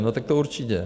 No tak to určitě.